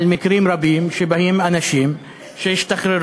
על מקרים רבים שבאים אנשים שהשתחררו